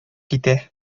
китә